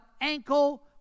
ankle